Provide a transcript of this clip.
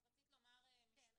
את רצית לומר משפט.